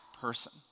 person